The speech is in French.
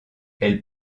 elle